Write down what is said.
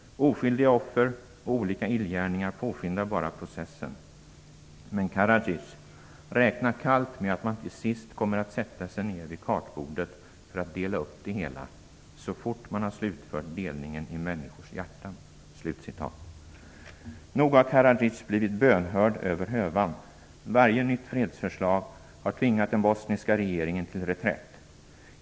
Oskyldiga offer och olika illgärningar påskyndar bara processen. - men Karadzic räknar kallt med att man till sist kommer att sätta sig ner vid kartbordet för att dela upp det hela - så fort man har slutfört delningen i människors hjärtan." Nog har Karadzic blivit bönhörd över hövan. Varje nytt fredsförslag har tvingat den bosniska regeringen till reträtt.